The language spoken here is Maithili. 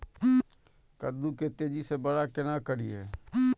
कद्दू के तेजी से बड़ा केना करिए?